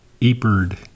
eBird